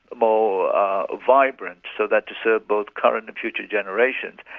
more vibrant, so that to serve both current and future generations,